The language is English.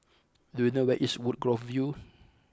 do you know where is Woodgrove View